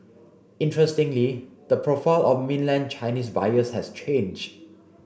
interestingly the profile of mainland Chinese buyers has changed